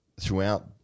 throughout